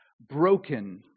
broken